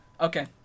Okay